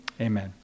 Amen